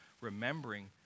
remembering